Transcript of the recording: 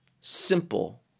simple